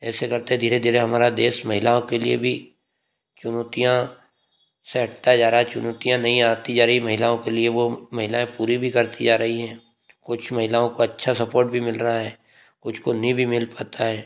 ऐसे करते धीरे धीरे हमारा देश महिलाओं के लिए भी चुनौतियाँ से हटता जा रहा है चुनौतियाँ नई आती जा रही है महिलाओं के लिए वो महिलाएँ पूरी भी करती आ रही हैं कुछ महिलाओं को अच्छा सपोर्ट भी मिल रहा है कुछ को नहीं भी मिल पाता है